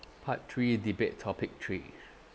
part three debate topic three